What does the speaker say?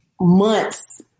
months